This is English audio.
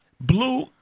Blue